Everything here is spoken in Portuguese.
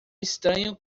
estranho